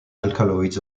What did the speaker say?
alkaloids